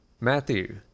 Matthew